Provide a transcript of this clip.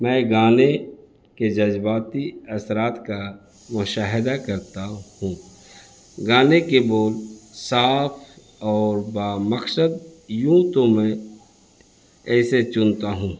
میں گانے کے جذباتی اثرات کا مشاہدہ کرتا ہوں گانے کے بول صاف اور بامقصد یوں تو میں ایسے چنتا ہوں